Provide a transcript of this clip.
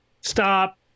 Stop